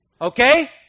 Okay